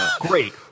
Great